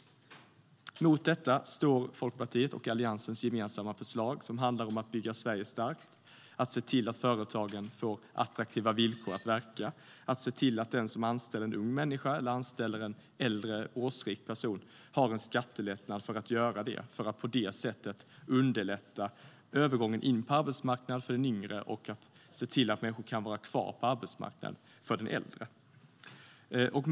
Mot detta står Folkpartiets och Alliansens gemensamma förslag som handlar om att bygga Sverige starkt, att se till att företagen får attraktiva villkor för att verka och att se till att den som anställer en ung människa eller en äldre person får en skattelättnad för att göra det för att på det sättet underlätta övergången in på arbetsmarknaden för de yngre och se till att äldre människor kan vara kvar på arbetsmarknaden. Herr talman!